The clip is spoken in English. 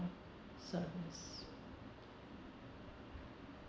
service